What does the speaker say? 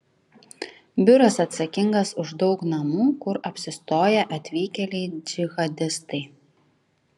biuras atsakingas už daug namų kur apsistoję atvykėliai džihadistai